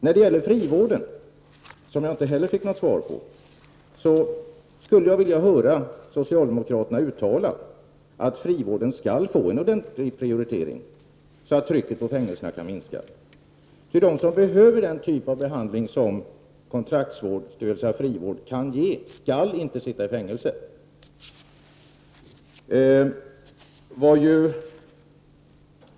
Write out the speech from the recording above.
Jag fick inte heller något svar på min fråga om frivården. Jag vill höra socialdemokraterna uttala att frivården skall prioriteras ordentligt så att trycket på fängelserna kan minska. De som behöver den typ av behandling som kontraktsvård, dvs. frivård, kan ge skall inte sitta i fängelse.